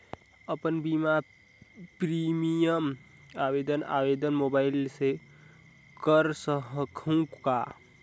अपन बीमा प्रीमियम आवेदन आवेदन मोबाइल से कर सकहुं का?